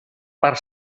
part